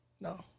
No